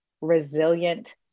resilient